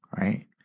right